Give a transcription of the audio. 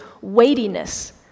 weightiness